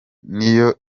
niyo